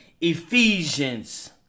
Ephesians